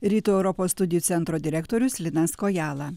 rytų europos studijų centro direktorius linas kojala